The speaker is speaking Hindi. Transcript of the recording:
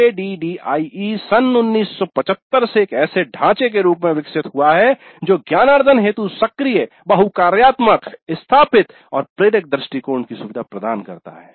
ADDIE सन 1975 से एक ऐसे ढांचे के रूप में विकसित हुआ है जो ज्ञानार्जन हेतु सक्रिय बहु कार्यात्मक स्थापित और प्रेरक दृष्टिकोण की सुविधा प्रदान करता है